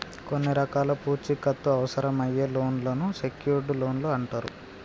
కొన్ని రకాల పూచీకత్తు అవసరమయ్యే లోన్లను సెక్యూర్డ్ లోన్లు అంటరు